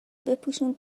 بپوشون